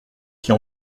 s’y